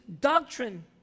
doctrine